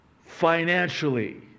financially